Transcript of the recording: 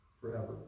forever